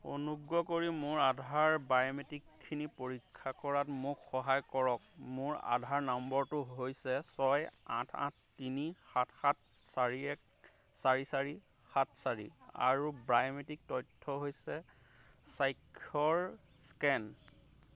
অনুগ্ৰহ কৰি মোৰ আধাৰ বায়'মেট্ৰিকখিনি পৰীক্ষা কৰাত মোক সহায় কৰক মোৰ আধাৰ নম্বৰটো হৈছে ছয় আঠ আঠ তিনি সাত সাত চাৰি এক চাৰি চাৰি সাত চাৰি আৰু বায়মেট্ৰিক তথ্য হৈছে স্বাক্ষৰ স্কেন